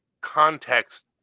context